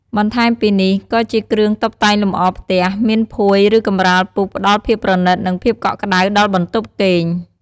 បន្ថែមពីនេះ ក៏ជាគ្រឿងតុបតែងលម្អផ្ទះ មានភួយ ឬកម្រាលពូកផ្តល់ភាពប្រណិត និងភាពកក់ក្តៅដល់បន្ទប់គេង។